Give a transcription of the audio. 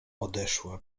odeszła